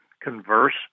converse